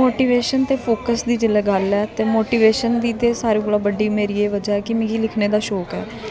motivation ते focus दी जेल्लै गल्ल ऐ ते मोटिवेशन दी ते सारें कोला बड्डी मेरी एह् बजह् ऐ कि मिगी लिखने दा शौक ऐ